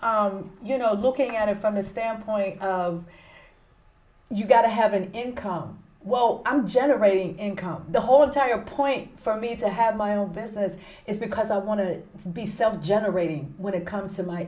you know looking at it from a standpoint of you've got to have an income well i'm generating income the whole entire point for me to have my own business is because i want to be self generated when it comes to my